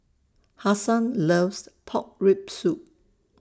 Hasan loves Pork Rib Soup